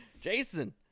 Jason